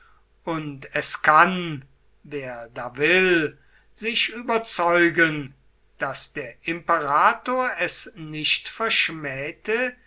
und es kann wer da will sich überzeugen daß der imperator es nicht verschmähte